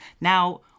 Now